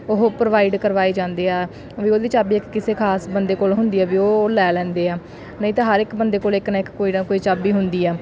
ਉਹ ਪ੍ਰੋਵਾਈਡ ਕਰਵਾਏ ਜਾਂਦੇ ਆ ਵੀ ਉਹਦੀ ਵੀ ਚਾਬੀ ਇੱਕ ਕਿਸੇ ਖਾਸ ਬੰਦੇ ਕੋਲ ਹੁੰਦੀ ਆ ਵੀ ਉਹ ਲੈ ਲੈਂਦੇ ਆ ਨਹੀਂ ਤਾਂ ਹਰ ਇੱਕ ਬੰਦੇ ਕੋਲ ਇੱਕ ਨਾ ਇੱਕ ਕੋਈ ਨਾ ਕੋਈ ਚਾਬੀ ਹੁੰਦੀ ਆ